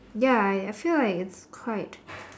ya I I feel like it's quite